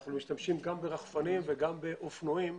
אנחנו משתמשים גם ברחפנים וגם באופנועים,